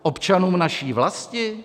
Občanům naší vlasti?